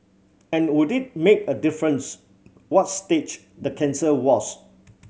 and would it make a difference what stage the cancer was